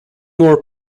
more